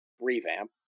revamp